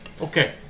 okay